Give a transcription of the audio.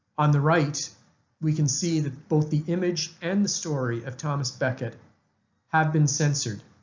on the right we can see that both the image and the story of thomas becket have been censored.